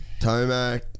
Tomac